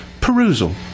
Perusal